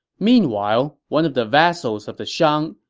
meanwhile, one of the vassals of the shang,